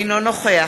אינו נוכח